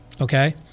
okay